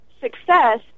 success